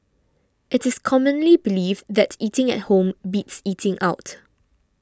it is commonly believed that eating at home beats eating out